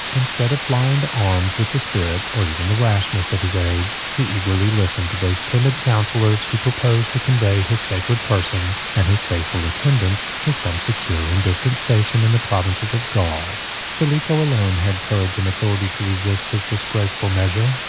instead of flying to arms with the spirit, or even the rashness, of his age, he eagerly listened to those timid counsellors, who proposed to convey his sacred person, and his faithful attendants, to some secure and distant station in the provinces of gaul stilicho alone had courage and authority to resist his disgraceful measure,